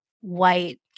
white